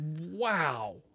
Wow